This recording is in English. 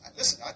listen